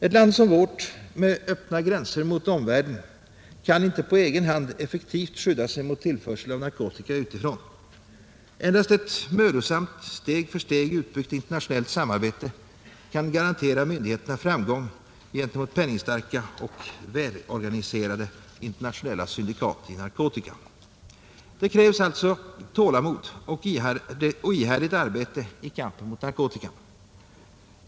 Ett land som vårt med öppna gränser mot omvärlden kan inte på egen hand effektivt skydda sig mot tillförsel av narkotika utifrån. Endast ett mödosamt, steg för steg utbyggt internationellt samarbete kan garantera myndigheterna framgång gentemot penningstarka och välorganiserade internationella syndikat i narkotika. Det krävs alltså tålamod och ihärdigt arbete i kampen mot narkotikan.